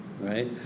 right